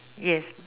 yes